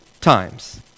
times